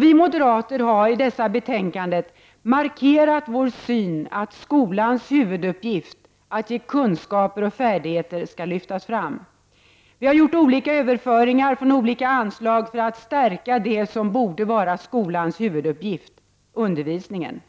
Vi moderater har i dessa betänkanden markerat vår syn att skolans huvuduppgift, att ge kunskaper och färdigheter, skall lyftas fram. Vi har gjort överföringar från olika anslag för att stärka det som borde vara skolans huvuduppgift — undervisningen.